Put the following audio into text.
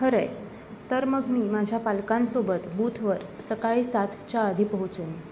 खरं आहे तर मग मी माझ्या पालकांसोबत बूथवर सकाळी सातच्या आधी पोहोचेन